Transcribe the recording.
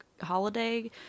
holiday